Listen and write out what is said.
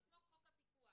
זה כמו חוק הפיקוח